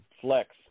flex